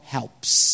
Helps